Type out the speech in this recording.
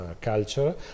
culture